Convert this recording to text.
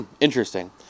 interesting